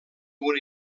una